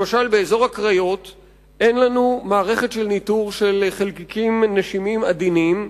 למשל באזור הקריות אין לנו מערכת ניטור של חלקיקים נשימים עדינים,